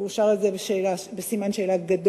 הוא שאל את זה בסימן שאלה גדול.